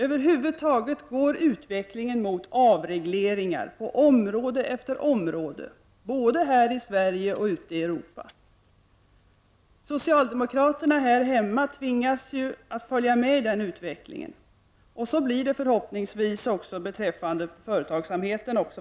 Över huvud taget går utvecklingen mot avregleringar på område efter område, både här i Sverige och ute i Europa. Socialdemokraterna här hemma tvingas ju att följa med i den utvecklingen, och så blir det förhoppningsvis också beträffande företagsamheten vad det lider.